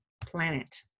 planet